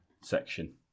section